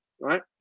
right